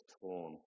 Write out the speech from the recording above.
torn